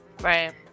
right